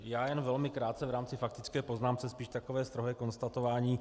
Já jenom velmi krátce v rámci faktické poznámky, spíš takové strohé konstatování.